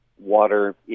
water